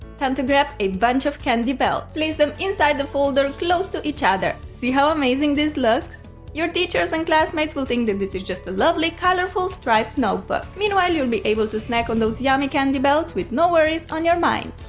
time to grab a bunch of candy belts. place them inside the folder close to each other see how amazing this looks. your teachers and classmates will think that this is just a lovely colorful striped notebook. meanwhile you'll be able to snack on these yummy candy belts with no worries on your mind!